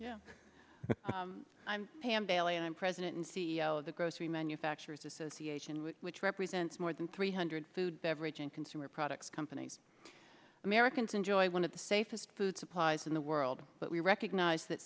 i'm pam bailey and i'm president and c e o of the grocery manufacturers association which represents more than three hundred food beverage and consumer products companies americans enjoy one of the safest food supplies in the world but we recognize that